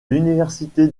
l’université